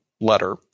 letter